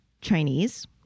Chinese